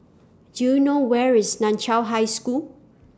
Do YOU know Where IS NAN Chiau High School